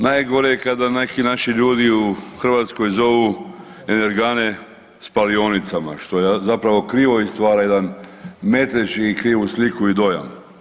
Najgore kada neki naši ljudi u Hrvatskoj zovu energane spalionicama, što je zapravo krivo i stvara jedan metež i krivu sliku i dojam.